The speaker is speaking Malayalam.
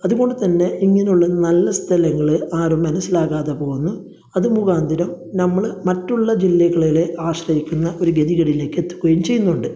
അതുകൊണ്ട് തന്നെ ഇങ്ങനെയുള്ള നല്ല സ്ഥലങ്ങൾ ആരും മനസ്സിലാകാതെ പോകുന്നു അത് മുഖാന്തിരം നമ്മൾ മറ്റുള്ള ജില്ലകളിലെ ആശ്രയിക്കുന്ന ഒര് ഗെതികേടിലേക്ക് എത്തിക്കുകയും ചെയ്യുന്നുണ്ട്